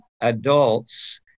adults